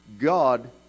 God